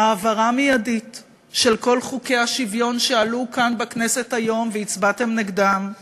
העברה מיידית של כל חוקי השוויון שעלו כאן בכנסת היום והצבעתם נגדם,